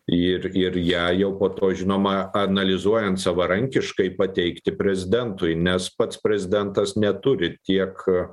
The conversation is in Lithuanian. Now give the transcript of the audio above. ir ir ją jau po to žinoma analizuojant savarankiškai pateikti prezidentui nes pats prezidentas neturi tiek